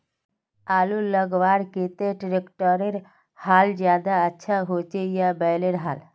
आलूर लगवार केते ट्रैक्टरेर हाल ज्यादा अच्छा होचे या बैलेर हाल?